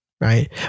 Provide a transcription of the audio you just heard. right